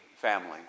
Family